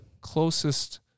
closest